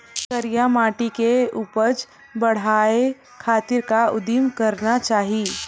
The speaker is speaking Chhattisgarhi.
करिया माटी के उपज बढ़ाये खातिर का उदिम करना चाही?